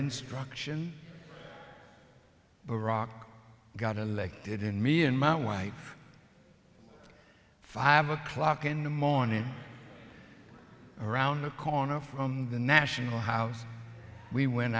instruction but iraq got elected in me and my wife five o'clock in the morning around the corner from the national house we went